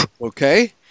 okay